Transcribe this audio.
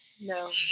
No